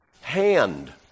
hand